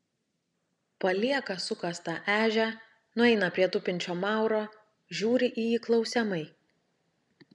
palieka sukastą ežią nueina prie tupinčio mauro žiūri į jį klausiamai